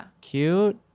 Cute